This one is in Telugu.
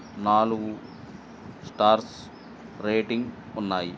నాలుగు స్టార్స్ రేటింగ్ ఉన్నాయి